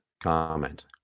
comment